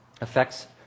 affects